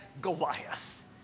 Goliath